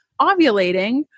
ovulating